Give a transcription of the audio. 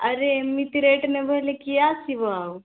ଆରେ ଏମିତି ରେଟ୍ ନେବେ ହେଲେ କିଏ ଆସିବ ଆଉ